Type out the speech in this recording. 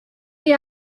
the